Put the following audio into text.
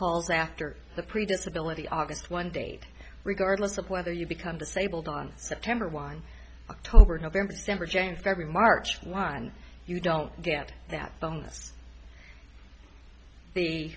falls after the pre disability august one date regardless of whether you become disabled on september one october november december january march one you don't get that bon